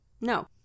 no